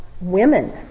women